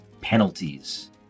penalties